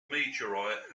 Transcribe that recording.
meteorite